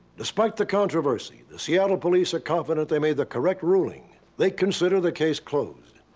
despite the controversy, the seattle police are confident they made the correct ruling. they consider the case closed.